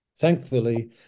Thankfully